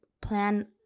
Plan